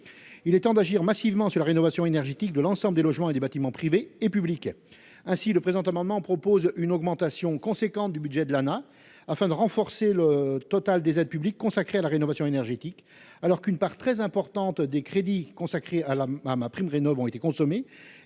il est temps d'agir massivement sur la rénovation énergétique de l'ensemble des logements et des bâtiments privés et publics. Ainsi, nous proposons une augmentation importante du budget de l'Agence nationale de l'habitat (ANAH), afin de renforcer le total des aides publiques consacrées à la rénovation énergétique. Alors qu'une part très importante des crédits consacrés à MaPrimeRénov'ont été consommés